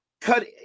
cut